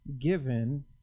given